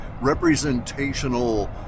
representational